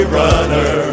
runner